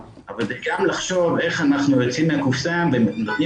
אבל גם לחשוב איך אנחנו יוצאים מהקופסה ונותנים